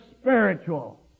spiritual